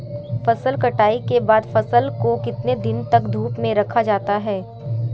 फसल कटाई के बाद फ़सल को कितने दिन तक धूप में रखा जाता है?